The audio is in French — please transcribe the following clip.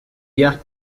guère